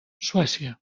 suècia